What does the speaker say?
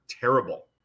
terrible